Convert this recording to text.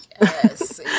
Yes